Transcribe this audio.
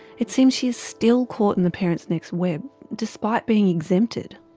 it seems she is still caught in the parentsnext web, despite being exempted.